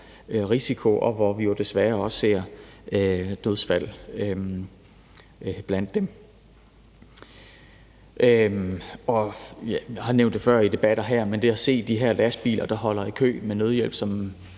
risiko, og som vi jo desværre også ser dødsfald iblandt. Og jeg har nævnt det før i debatter her, men det at se de her lastbiler, der holder i kø med nødhjælp, som